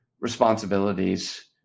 responsibilities